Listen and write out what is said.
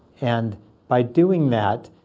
and by doing that,